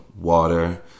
water